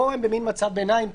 פה הם במין מצב ביניים.